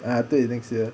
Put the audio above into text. ah 对 next year